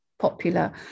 popular